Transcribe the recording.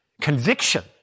conviction